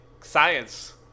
science